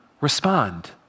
respond